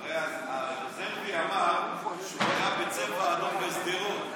הרי הרזרבי אמר שהוא היה בצבע אדום בשדרות.